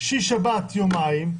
שישי-שבת יומיים,